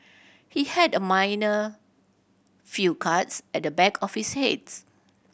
he had a minor few cuts at the back of his heads